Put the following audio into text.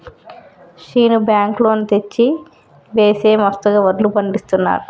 Seenu bank loan తెచ్చి వేసి మస్తుగా వడ్లు పండిస్తున్నాడు